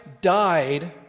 died